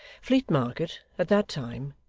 fleet market, at that time,